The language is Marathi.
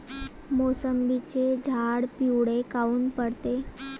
मोसंबीचे झाडं पिवळे काऊन पडते?